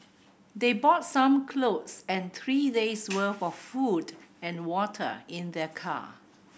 they bought some clothes and three days' work of food and water in their car